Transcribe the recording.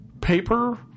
paper